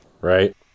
Right